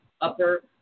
upper